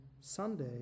Sunday